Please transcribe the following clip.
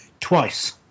twice